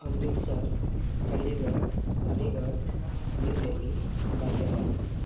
Amritsar Chandigarh Aligarh new Delhi غازی آباد